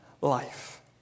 life